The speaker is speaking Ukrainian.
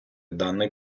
даний